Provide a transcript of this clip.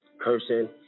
Cursing